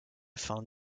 fin